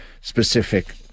specific